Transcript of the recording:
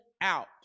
out